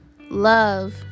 love